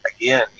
Again